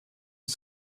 wir